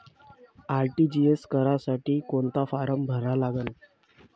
RTGS करासाठी कोंता form भरा लागन?